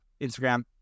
Instagram